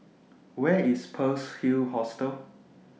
Where IS Pearl's Hill Hostel